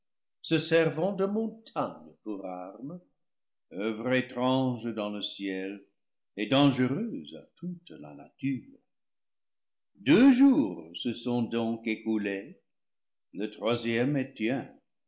se servant de montagnes pour armes oeuvre étrange dans le ciel et dange reuse à toute la nature deux jours se sont donc écoulés le troisième